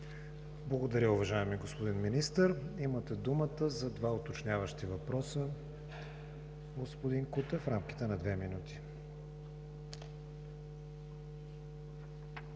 Благодаря, уважаеми господин Министър. Имате думата за два уточняващи въпроса, господин Кутев, в рамките на две минути.